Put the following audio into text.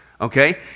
Okay